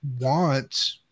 want